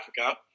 Africa